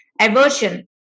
aversion